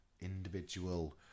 individual